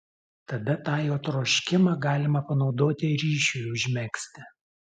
tada tą jo troškimą galima panaudoti ryšiui užmegzti